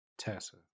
Tessa